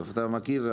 אתה מכיר,